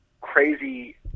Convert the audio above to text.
crazy